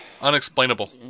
Unexplainable